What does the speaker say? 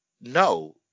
No